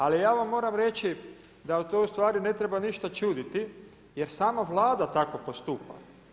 Ali ja vam moram reći da u stvari ne treba ništa čuditi, jer sama Vlada tako postupa.